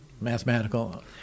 mathematical